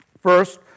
first